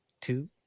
two